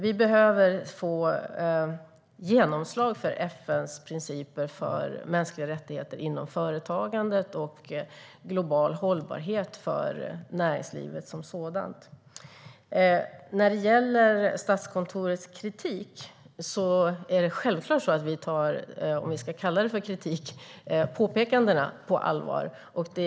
Vi behöver få genomslag för FN:s principer för mänskliga rättigheter inom företagandet och global hållbarhet för näringslivet som sådant. När det gäller Statskontorets kritik - om vi ska kalla det för kritik - tar vi påpekandena på allvar.